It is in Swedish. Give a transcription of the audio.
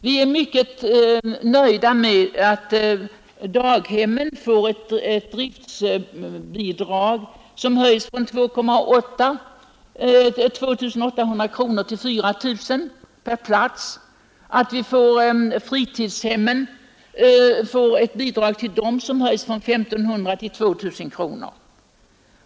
Vi är mycket nöjda med att daghemmens driftbidrag höjs från 2 800 kronor till 4 000 kronor per plats och att bidraget till fritidshemmen höjs från 1500 till 2000 kronor.